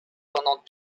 pendant